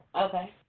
Okay